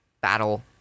battle